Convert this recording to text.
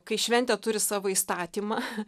kai šventė turi savo įstatymą